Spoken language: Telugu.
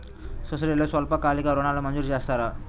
సొసైటీలో స్వల్పకాలిక ఋణాలు మంజూరు చేస్తారా?